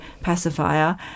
pacifier